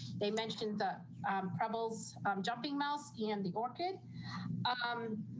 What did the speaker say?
they mentioned the pebbles jumping mouse and the orchid ah um